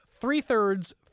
three-thirds